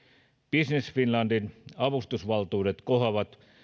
business finlandin avustusvaltuudet kohoavat